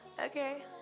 Okay